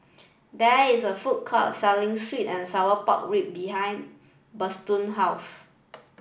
there is a food court selling sweet and sour pork rib behind Bertrand house